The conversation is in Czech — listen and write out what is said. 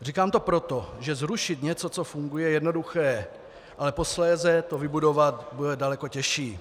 Říkám to proto, že zrušit něco, co funguje, je jednoduché, ale posléze to vybudovat bude daleko těžší.